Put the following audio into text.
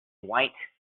white